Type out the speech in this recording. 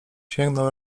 sięgnął